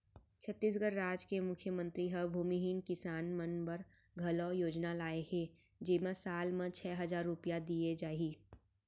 छत्तीसगढ़ राज के मुख्यमंतरी ह भूमिहीन किसान मन बर घलौ योजना लाए हे जेमा साल म छै हजार रूपिया दिये जाही